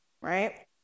right